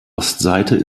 ostseite